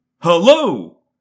Hello